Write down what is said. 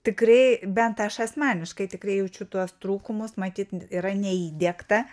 tikrai bent aš asmeniškai tikrai jaučiu tuos trūkumus matyt yra neįdiegta